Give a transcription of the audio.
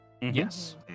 Yes